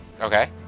Okay